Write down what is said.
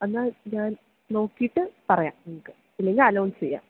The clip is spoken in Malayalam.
എന്നാൽ ഞാൻ നോക്കിയിട്ട് പറയാം നമുക്ക് ഇല്ലെങ്കിൽ അനൌൺസ് ചെയ്യാം